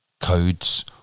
codes